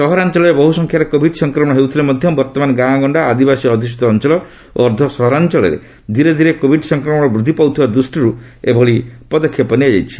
ସହରାଞ୍ଚଳରେ ବହୁସଂଖ୍ୟାରେ କୋଭିଡ୍ ସଂକ୍ରମଣ ହେଉଥିଲେ ମଧ୍ୟ ବର୍ତ୍ତମାନ ଗାଁଗଣ୍ଡା ଆଦିବାସୀ ଅଧୁଷିତ ଅଞ୍ଚଳ ଓ ଅର୍ଦ୍ଧ ସହରାଞ୍ଚଳରେ ଧୀରେ ଧୀରେ କୋଭିଡ୍ ସଂକ୍ରମଣ ବୃଦ୍ଧି ପାଉଥିବା ଦୃଷ୍ଟିରୁ ଏଭଳି ପଦକ୍ଷେପ ନିଆଯାଇଛି